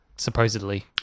Supposedly